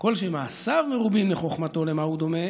כל שמעשיו מרובין מחוכמתו, למה הוא דומה?